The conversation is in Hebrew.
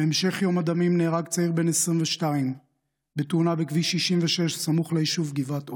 בהמשך יום הדמים נהרג צעיר בן 22 בתאונה בכביש 66 סמוך ליישוב גבעת עוז.